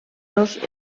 dos